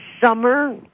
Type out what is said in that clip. summer